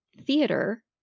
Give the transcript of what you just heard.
theater